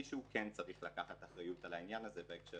מישהו כן צריך לקחת אחריות על העניין הזה בהקשר